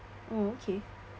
uh okay